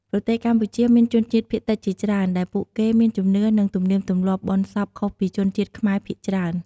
ប្រទេសកម្ពុជាមានជនជាតិភាគតិចជាច្រើន ដែលពួកគេមានជំនឿ និងទំនៀមទម្លាប់បុណ្យសពខុសពីជនជាតិខ្មែរភាគច្រើន។